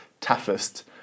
Toughest